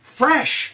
fresh